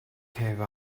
have